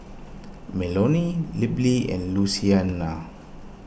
Melonie Libby and Lucina